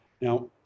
Now